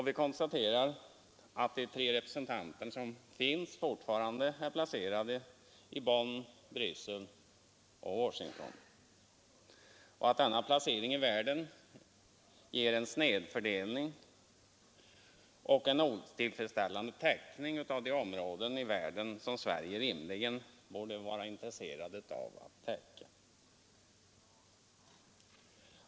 Vi konstaterar att de tre representanter som finns fortfarande är placerade i Bonn, Bryssel och Washington och att denna placering ger en snedfördelad och otillfredsställande täckning av de områden i världen som Sverige rimligen borde vara intresserat av.